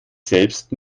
selbst